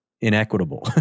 inequitable